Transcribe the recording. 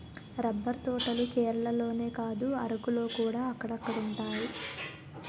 rubber తోటలు కేరళలోనే కాదు అరకులోకూడా అక్కడక్కడున్నాయి